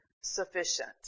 sufficient